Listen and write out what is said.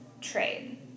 trade